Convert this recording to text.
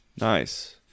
Nice